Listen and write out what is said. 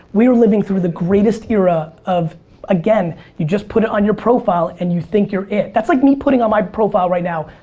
we are living through the greatest era of again, you just put it on your profile and you think you're it. that's like me putting on my profile right now,